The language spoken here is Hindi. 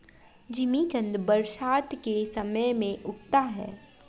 जिमीकंद बरसात के समय में उगता है